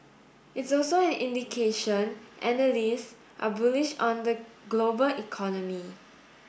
it's also an indication analysts are bullish on the global economy